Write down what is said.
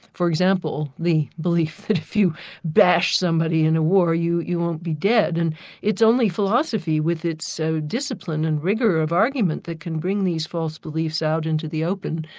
for example, the belief that if you bash somebody in a war you you won't be dead, and it's only philosophy with its so discipline and rigour of argument that can bring these false beliefs out into the open,